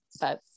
but-